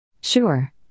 Sure